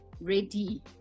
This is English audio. ready